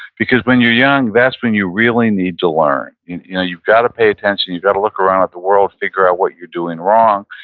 because when you're young that's when you really need to learn. you know you've got to pay attention. you've got to look around at the world, figure out what you're doing wrong,